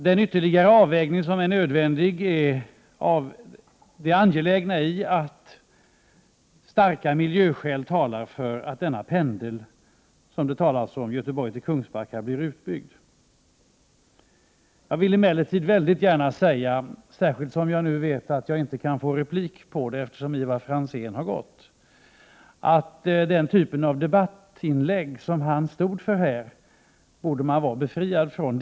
Den ytterligare avvägning som är nödvändig gäller att starka miljöskäl talar för att pendeln Göteborg-Kungsbacka blir utbyggd. Jag vill emellertid väldigt gärna säga, särskilt som jag vet att jag inte kan få replik på det eftersom Ivar Franzén har lämnat salen, att den typ av debattinlägg som Ivar Franzén stod för här borde man vara befriad från.